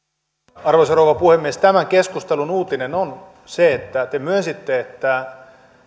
arvoisa rouva puhemies tämän keskustelun uutinen on se että te myönsitte että